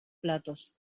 platos